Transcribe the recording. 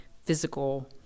physical